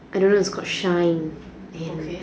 I don't know it's called shine